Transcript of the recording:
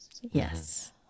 Yes